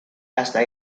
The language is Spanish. hasta